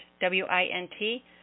W-I-N-T